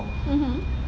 mmhmm